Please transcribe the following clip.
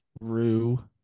rue